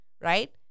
right